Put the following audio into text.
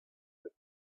with